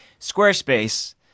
Squarespace